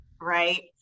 right